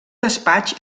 despatx